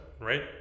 right